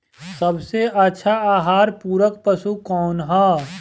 सबसे अच्छा आहार पूरक पशु कौन ह?